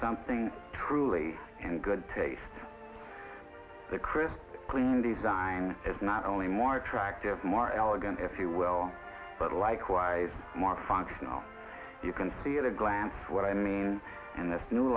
something truly in good taste the crisp clean design is not only more attractive more elegant if you will but a likewise more functional you can see at a glance what i mean in this new